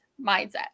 mindset